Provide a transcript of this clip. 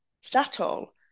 settle